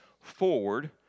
forward